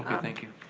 thank you.